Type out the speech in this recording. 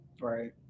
right